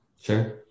Sure